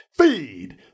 Feed